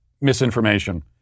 misinformation